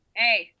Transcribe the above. hey